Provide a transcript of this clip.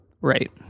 Right